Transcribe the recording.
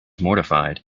mortified